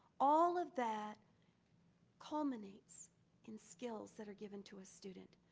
all of that culminates in skills that are given to a student.